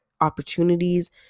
opportunities